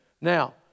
Now